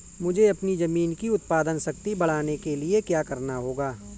मुझे अपनी ज़मीन की उत्पादन शक्ति बढ़ाने के लिए क्या करना होगा?